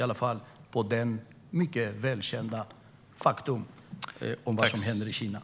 Det som händer i Kina är ju ett välkänt faktum.